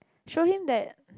show him that